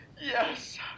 Yes